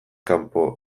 kanpo